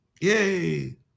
Yay